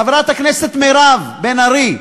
חברת הכנסת מירב בן ארי,